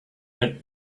had